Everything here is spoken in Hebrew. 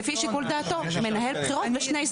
לפי שיקול דעתו מנהל בחירות ושני סגנים.